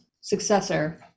successor